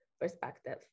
perspective